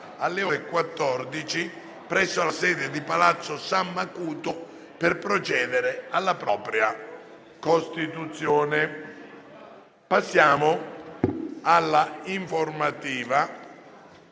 alle ore 14, presso la sede di palazzo San Macuto per procedere alla propria costituzione. **Informativa